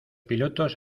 pilotos